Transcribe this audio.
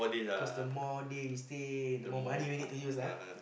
cause the more day we stay the more money we need to use ah